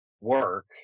work